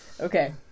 Okay